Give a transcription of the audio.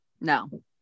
no